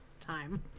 time